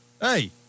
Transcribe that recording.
Hey